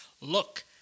look